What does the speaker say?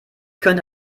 könnte